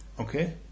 Okay